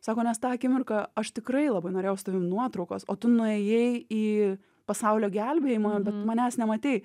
sako nes tą akimirką aš tikrai labai norėjau su tavim nuotraukos o tu nuėjai į pasaulio gelbėjimą bet manęs nematei